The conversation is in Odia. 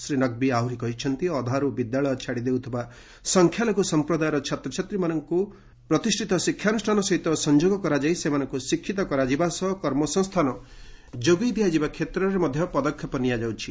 ଶ୍ରୀ ନକ୍ଭି ଆହୁରି କହିଛନ୍ତି ଅଧାର୍ ୁ ବିଦ୍ୟାଳୟ ଛାଡି ଦେଉଥିବା ସଂଖ୍ୟାଲଘୁ ସମ୍ପ୍ରଦାୟର ଛାତ୍ରୀମାନଙ୍କୁ ପ୍ରତିଷ୍ଠିତ ଶିକ୍ଷାନୁଷ୍ଠାନ ସହିତ ସଂଯୋଗ କରାଯାଇ ସେମାନଙ୍କୁ ଶିକ୍ଷିତ କରାଯିବା ସହ କର୍ମସଂସ୍ଥାନ ଯୋଗାଇ ଦିଆଯିବା କ୍ଷେତ୍ରରେ ପଦକ୍ଷେପ ନିଆଯାଉଛି